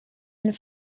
and